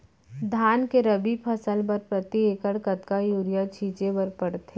धान के रबि फसल बर प्रति एकड़ कतका यूरिया छिंचे बर पड़थे?